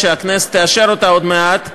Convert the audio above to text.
שהכנסת תאשר אותה עוד מעט,